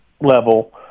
level